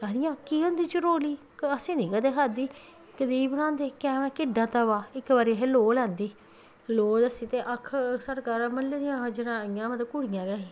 आखदियां केह् होंदी चरोली असें निं कदें खाद्धी कनेही की केह्ड़ा तवा इक बारी असें लोल होंदी लोल ते मह्ल्ले दियां इ'यां मतलब कुड़ियां गै हियां